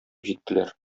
җиттеләр